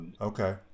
okay